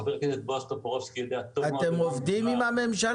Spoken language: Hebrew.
חבר הכנסת בועז טופורובסקי יודע טוב מאוד --- אתם עובדים עם הממשלה?